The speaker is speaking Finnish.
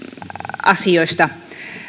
asioista